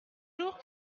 jours